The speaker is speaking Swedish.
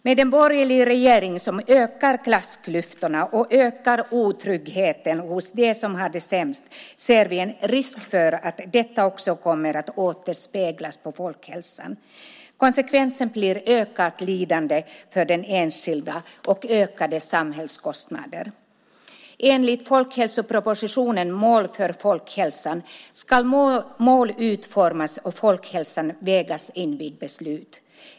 Med en borgerlig regering som ökar klassklyftorna och ökar otryggheten hos dem som har det sämst ser vi en risk för att detta också kommer att återspeglas på folkhälsan. Konsekvensen blir ökat lidande för den enskilda och ökade samhällskostnader. Enligt folkhälsopropositionen Mål för folkhälsan ska mål utformas och folkhälsan vägas in vid beslut.